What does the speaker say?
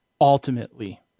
ultimately